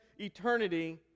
eternity